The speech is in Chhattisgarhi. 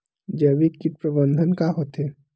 जैविक कीट प्रबंधन का होथे?